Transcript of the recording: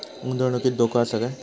गुंतवणुकीत धोको आसा काय?